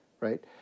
Right